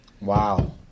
Wow